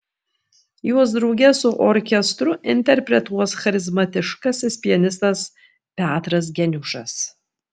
juos drauge su orkestru interpretuos charizmatiškasis pianistas petras geniušas